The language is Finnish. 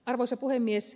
arvoisa puhemies